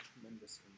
tremendous